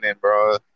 bro